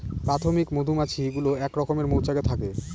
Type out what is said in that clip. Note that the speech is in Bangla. প্রাথমিক মধুমাছি গুলো এক রকমের মৌচাকে থাকে